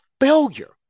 failure